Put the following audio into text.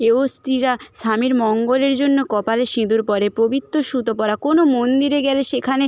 এয়ো স্ত্রীরা স্বামীর মঙ্গলের জন্য কপালে সিঁদুর পরে পবিত্র সুতো পরা কোনো মন্দিরে গেলে সেখানে